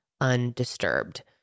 undisturbed